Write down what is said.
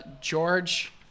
George